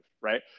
right